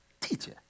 Teacher